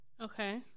Okay